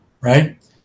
right